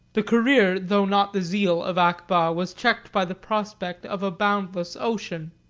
the career, though not the zeal, of akbah was checked by the prospect of a boundless ocean.